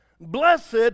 Blessed